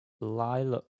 Lilac